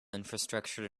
infrastructure